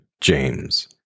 James